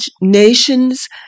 nations